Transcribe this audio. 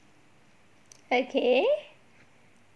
okay